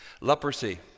Leprosy